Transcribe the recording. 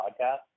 podcast